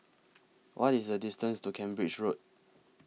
What IS The distance to Cambridge Road